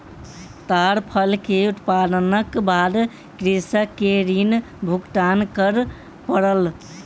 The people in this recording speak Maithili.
ताड़ फल के उत्पादनक बाद कृषक के ऋण भुगतान कर पड़ल